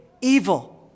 evil